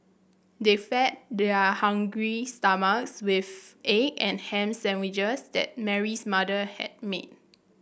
they fed their hungry stomachs with egg and ham sandwiches that Mary's mother had made